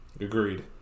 agreed